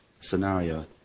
scenario